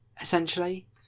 essentially